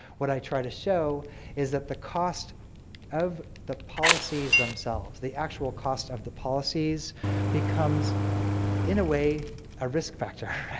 what i try to show is that the cost of the policies themselves, the actual cost of the policies becomes in a way a risk factor,